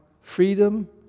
freedom